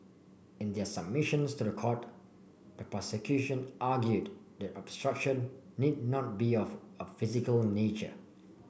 in their submissions to the court the prosecution argued that obstruction need not be of a physical nature